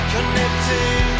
Connecting